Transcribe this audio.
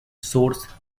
source